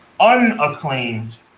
unacclaimed